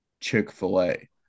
chick-fil-a